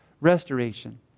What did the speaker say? restoration